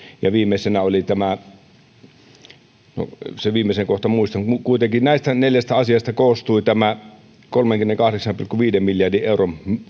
ja viimeisenä oli tämä kohta muistan sen viimeisen näistä neljästä asiasta kuitenkin koostui tämä kolmenkymmenenkahdeksan pilkku viiden miljardin euron